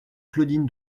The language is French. claudine